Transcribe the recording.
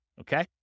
Okay